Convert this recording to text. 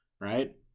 right